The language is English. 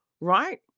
Right